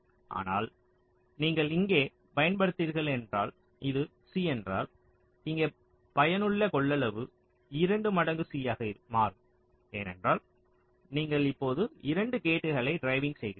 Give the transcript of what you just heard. ஆனால் நீங்கள் இங்கே பயன்படுத்துகிறீர்கள் என்றால் இது C என்றால் இங்கே பயனுள்ள கொள்ளளவு இரண்டு மடங்கு C ஆக மாறும் ஏனென்றால் நீங்கள் இப்போது 2 கேட்களை ட்ரிவிங் செய்கிறீர்கள்